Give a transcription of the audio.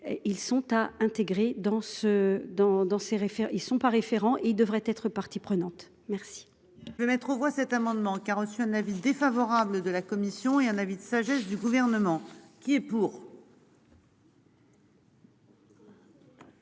Ils sont à intégrer dans ce dans dans ses. Ils sont pas référent, il devrait être partie prenante. Merci. Je mettre aux voix cet amendement qui a reçu un avis défavorable de la commission et un avis de sagesse du gouvernement qui est pour.